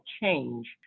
change